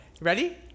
Ready